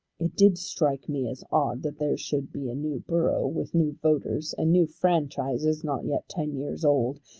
it did strike me as odd that there should be a new borough, with new voters, and new franchises, not yet ten years old,